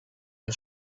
der